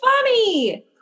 funny